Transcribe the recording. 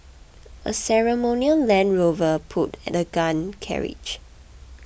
a ceremonial Land Rover pulled the gun carriage